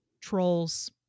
trolls